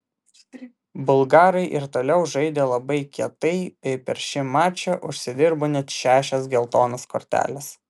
bulgarai ir toliau žaidė labai kietai bei per šį mačą užsidirbo net šešias geltonas korteles